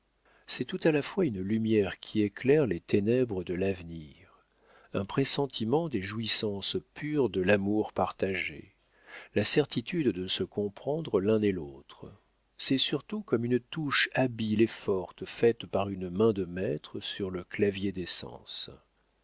c'est tout à la fois une lumière qui éclaire les ténèbres de l'avenir un pressentiment des jouissances pures de l'amour partagé la certitude de se comprendre l'un et l'autre c'est surtout comme une touche habile et forte faite par une main de maître sur le clavier des